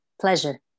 pleasure